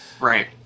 Right